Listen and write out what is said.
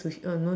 oh no names